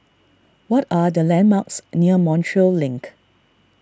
what are the landmarks near Montreal Link